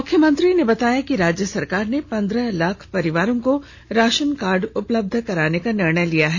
मुख्यमंत्री ने बताया कि राज्य सरकार ने पेन्द्रह लाख परिवारों को राशन कार्ड उपलब्ध कराने का निर्णय लिया है